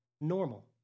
normal